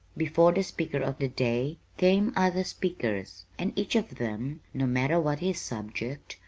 before the speaker of the day came other speakers, and each of them, no matter what his subject,